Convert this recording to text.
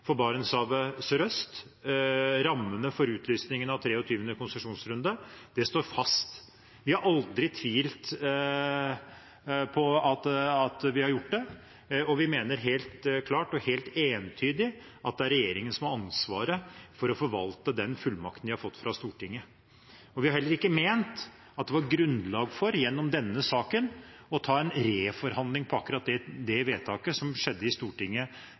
for Barentshavet sørøst og rammene for utlysningen av 23. konsesjonsrunde, står fast. Vi har aldri tvilt på at vi har gjort det, og vi mener helt klart og helt entydig at det er regjeringen som har ansvaret for å forvalte den fullmakten de har fått av Stortinget. Vi har heller ikke ment at det var grunnlag for gjennom denne saken å ta en reforhandling på akkurat det vedtaket som skjedde i Stortinget